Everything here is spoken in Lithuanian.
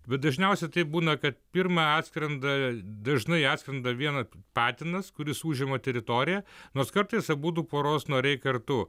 bet dažniausiai taip būna kad pirma atskrenda dažnai atskrenda viena patinas kuris užima teritoriją nors kartais abudu poros nariai kartu